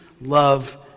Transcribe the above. love